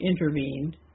intervened